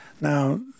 now